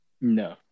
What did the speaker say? No